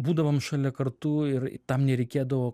būdavom šalia kartu ir tam nereikėdavo